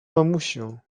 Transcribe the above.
mamusią